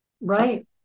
Right